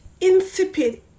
insipid